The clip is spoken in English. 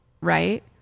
right